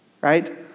right